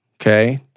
Okay